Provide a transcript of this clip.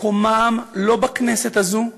מקומם לא בכנסת הזאת.